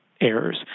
errors